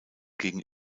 gegen